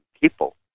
people